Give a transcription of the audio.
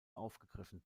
aufgegriffen